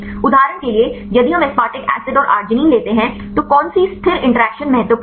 उदाहरण के लिए यदि हम एसपारटिक एसिड और आर्जिनिन लेते हैं तो कौन सी स्थिर इंटरैक्शन महत्वपूर्ण है